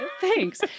Thanks